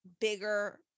bigger